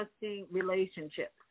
relationships